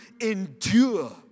endure